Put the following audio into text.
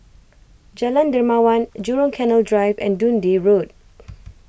Jalan Dermawan Jurong Canal Drive and Dundee Road